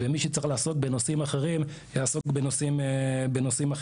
ומי שצריך לעסוק בנושאים אחרים יעסוק בנושאים אחרים.